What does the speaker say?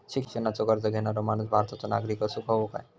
शिक्षणाचो कर्ज घेणारो माणूस भारताचो नागरिक असूक हवो काय?